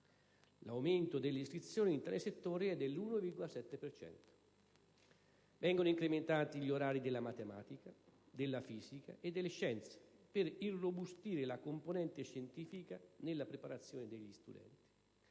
L'aumento delle iscrizioni in tale settore è dell'1,7 per cento. Vengono incrementati gli orari della matematica, della fisica e delle scienze per irrobustire la componente scientifica nella preparazione degli studenti.